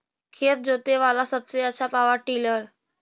खेत जोते बाला सबसे आछा पॉवर टिलर?